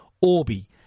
Orbi